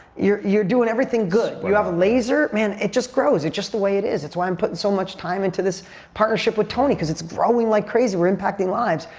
you're you're doing everything good. you have laser, man, it just grows. it's just the way it is. it's why i'm putting so much time into this partnership with tony because it's growing like crazy. we're impacting lives.